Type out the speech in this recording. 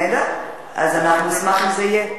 נהדר, אנחנו נשמח אם זה יהיה.